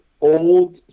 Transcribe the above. old